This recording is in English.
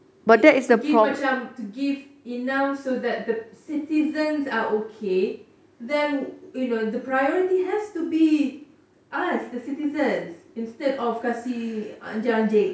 to give macam to give enough so that the citizens are okay then you know the priority has to be us the citizens instead of kasih anjing-anjing